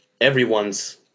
everyone's